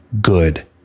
Good